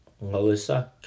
Melissa